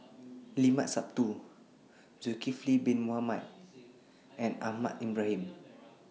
Limat Sabtu Zulkifli Bin Mohamed and Ahmad Ibrahim